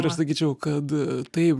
ir aš sakyčiau kad taip